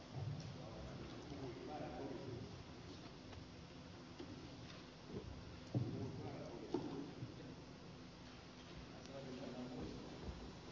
arvoisa puhemies